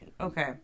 Okay